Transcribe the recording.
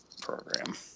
program